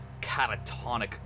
catatonic